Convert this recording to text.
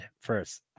first